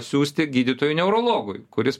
siųsti gydytojui neurologui kuris